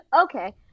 Okay